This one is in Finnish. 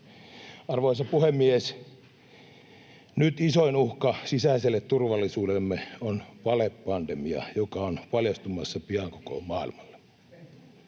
Arvoisa puhemies! Nyt isoin uhka sisäiselle turvallisuudellemme on valepandemia, joka on paljastumassa pian koko maailmalle.